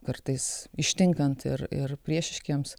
kartais ištinkant ir ir priešiškiems